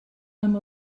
amb